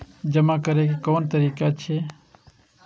जमा करै के कोन तरीका छै?